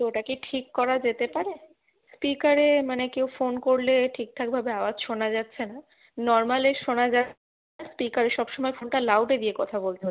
তো ওটা কি ঠিক করা যেতে পারে স্পিকারে মানে কেউ ফোন করলে ঠিকঠাকভাবে আওয়াজ শোনা যাচ্ছে না নর্মালে শোনা যা স্পিকারে সবসময় ফোনটা লাউডে দিয়ে কথা বলতে হচ্ছে